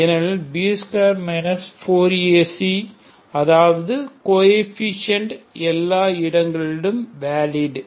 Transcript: ஏனெனில் B2 4ACஅதாவது coefficient எல்லா இடங்களிலும் வேலிட்